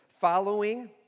following